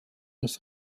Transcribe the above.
das